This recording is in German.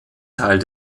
teil